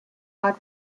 what